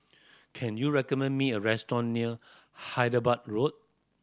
can you recommend me a restaurant near Hyderabad Road